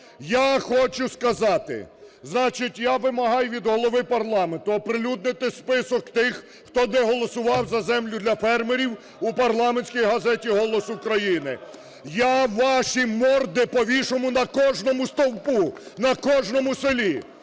Я хочу сказати, значить, я вимагаю від голови парламенту оприлюднити список тих, хто не голосував за землю для фермерів, у парламентській газеті "Голос України". Я ваші морди повішу на кожному стовпу, на кожному селі,